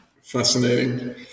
fascinating